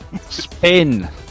Spin